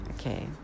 Okay